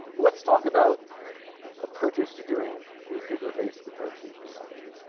let's talk about approaches to doing the paper based approach to genealogy